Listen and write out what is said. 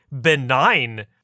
benign